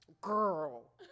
girl